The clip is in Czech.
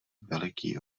veliký